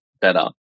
better